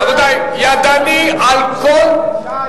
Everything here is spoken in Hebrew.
רבותי, ידני על הכול.